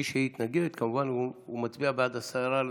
ומי שיתנגד כמובן מצביע בעד הסרה מסדר-היום.